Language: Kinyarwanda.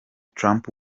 trump